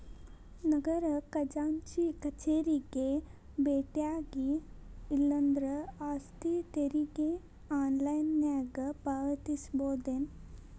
ನಗರ ಖಜಾಂಚಿ ಕಚೇರಿಗೆ ಬೆಟ್ಟ್ಯಾಗಿ ಇಲ್ಲಾಂದ್ರ ಆಸ್ತಿ ತೆರಿಗೆ ಆನ್ಲೈನ್ನ್ಯಾಗ ಪಾವತಿಸಬೋದ